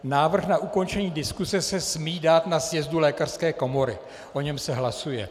Návrh na ukončení diskuse se smí dát na sjezdu lékařské komory, o něm se hlasuje.